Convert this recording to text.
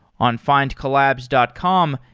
on findcollabs dot com,